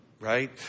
Right